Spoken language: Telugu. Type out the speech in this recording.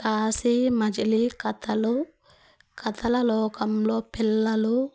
కాశీ మజిలీ కథలు కథల లోకంలో పిల్లలు